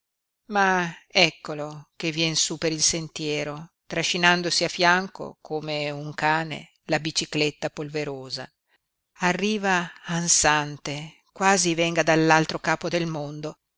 ma eccolo che vien su per il sentiero trascinandosi a fianco come un cane la bicicletta polverosa arriva ansante quasi venga dall'altro capo del mondo